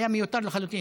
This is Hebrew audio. זה היה מיותר לחלוטין.